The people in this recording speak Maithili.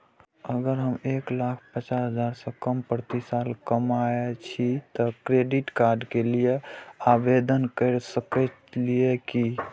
अगर हम एक लाख पचास हजार से कम प्रति साल कमाय छियै त क्रेडिट कार्ड के लिये आवेदन कर सकलियै की?